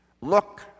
look